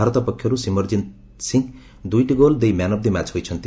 ଭାରତ ପକ୍ଷରୁ ସିମରନକିତ ସିଂ ଦୁଇଟି ଗୋଲ ଦେଇ ମ୍ୟାନ୍ ଅଫ୍ ଦି ମ୍ୟାଚ୍ ହୋଇଛନ୍ତି